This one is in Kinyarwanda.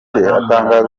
atangaza